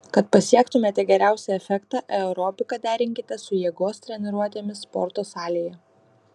kad pasiektumėte geriausią efektą aerobiką derinkite su jėgos treniruotėmis sporto salėje